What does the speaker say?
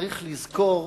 צריך לזכור